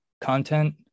content